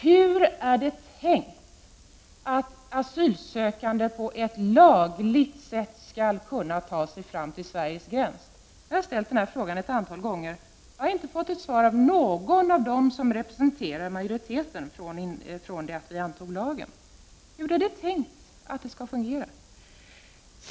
Hur är det tänkt att asylsökande på ett lagligt sätt skall kunna ta sig fram till Sveriges gräns? Jag har ställt denna fråga ett antal gånger, men jag har inte från det att lagen antogs fått något svar av någon som representerar majoriteten. Hur är det tänkt att lagen skall fungera?